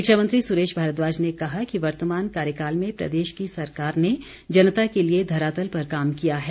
शिक्षा मंत्री सुरेश भारद्वाज ने कहा कि वर्तमान कार्यकाल में प्रदेश की सरकार ने जनता के लिए धरातल पर काम किया है